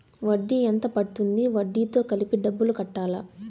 వడ్డీ ఎంత పడ్తుంది? వడ్డీ తో కలిపి డబ్బులు కట్టాలా?